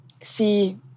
see